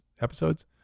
episodes